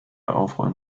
aufräumen